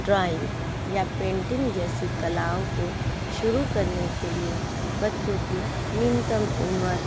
drawing या painting जैसी कलाओं को शुरु करने के लिए बच्चों की निम्नतम उम्र